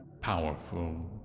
Powerful